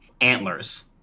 antlers